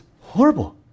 horrible